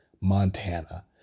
Montana